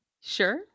Sure